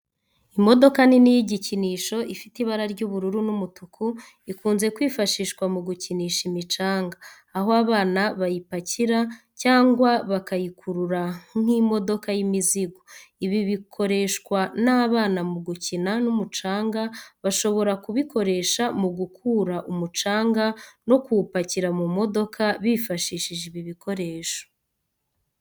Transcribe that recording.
Imodoka nini y’igikinisho ifite ibara ry’ubururu n’umutuku, ikunze kwifashishwa mu gukinisha imicanga, aho abana bayipakira cyangwa bayikururana nk’imodoka y’imizigo. Ibi bikoreshwa n’abana mu gukina n’umucanga, bashobora kubikoresha mu gukura umucanga, no kuwupakira mu modoka bifashishije ibi bikoresho.